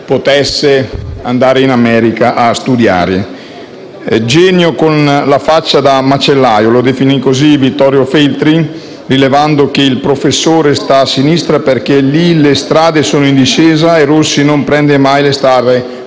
potesse andare a studiare in America. «Genio con la faccia da macellaio», lo definì Vittorio Feltri, rilevando che il professore sta a sinistra perché «lì le strade sono in discesa e Rossi non prende mai le strade